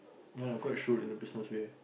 then I'm quite shrewd in the business way